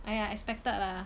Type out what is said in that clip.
!aiya! expected lah